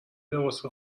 لباس